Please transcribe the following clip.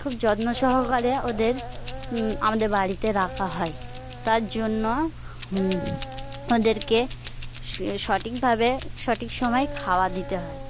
খুব যত্ন সহকারে ওদের আমাদের বাড়িতে রাখা হয় তার জন্য ওদেরকে স সঠিকভাবে সঠিক সময়ে খাবার দিতে হয়